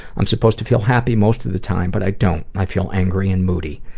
i'm supposed to feel happy most of the time, but i don't. i feel angry and moody.